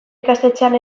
ikastetxean